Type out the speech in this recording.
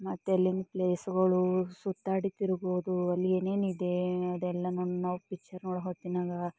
ಮತ್ತೆ ಅಲ್ಲಿಂದು ಪ್ಲೇಸುಗಳು ಸುತ್ತಾಡಿ ತಿರುಗುವುದು ಅಲ್ಲಿ ಏನೇನಿದೆ ಅದೆಲ್ಲವೂ ನಾವು ಪಿಚ್ಚರ್ ನೋಡೋ ಹೊತ್ತಿನಾಗ